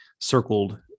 circled –